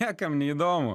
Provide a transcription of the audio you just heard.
niekam neįdomu